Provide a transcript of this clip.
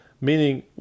meaning